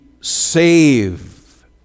save